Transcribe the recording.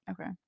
Okay